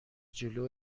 جلو